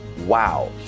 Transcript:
wow